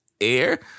air